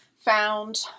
found